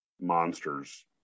monsters